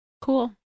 Cool